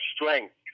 strength